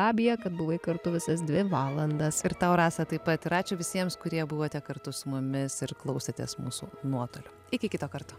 gabija kad buvai kartu visas dvi valandas ir tau rasa taip pat ir ačiū visiems kurie buvote kartu su mumis ir klausotės mūsų nuotoliu iki kito karto